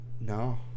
No